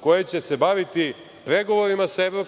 koje će se baviti pregovorima sa EU